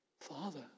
Father